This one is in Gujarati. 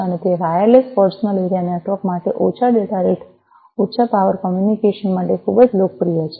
અને તે વાયરલેસ પર્સનલ એરિયા નેટવર્ક માં ઓછા ડેટા રેટ ઓછા પાવર કોમ્યુનિકેશન માટે ખૂબ જ લોકપ્રિય છે